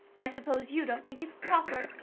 i suppose you don't think it's proper!